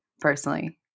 personally